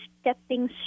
stepping